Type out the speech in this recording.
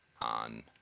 on